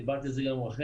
דיברתי על זה גם עם רחלי,